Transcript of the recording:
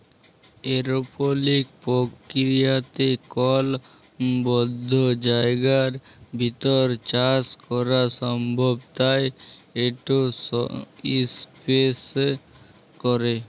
এরওপলিক্স পর্কিরিয়াতে কল বদ্ধ জায়গার ভিতর চাষ ক্যরা সম্ভব তাই ইট ইসপেসে ক্যরে